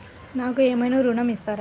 నాకు ఏమైనా ఋణం ఇస్తారా?